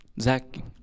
Zach